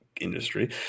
industry